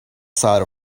sigh